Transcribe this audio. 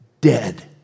dead